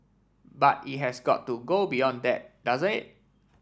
but it has got to go beyond that doesn't it